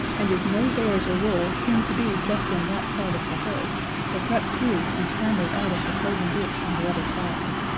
and as no bears or wolves seemed to be just in that part of the hedge, they crept through and scrambled out of the frozen ditch on the other side.